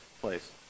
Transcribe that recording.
place